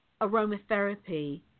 aromatherapy